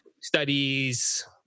studies